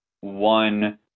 one